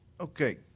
Okay